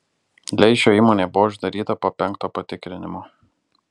leišio įmonė buvo uždaryta po penkto patikrinimo